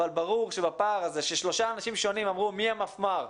אבל ברור שבפער הזה ששלושה אנשים שונים אמרו מי המפמ"ר,